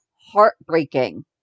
heartbreaking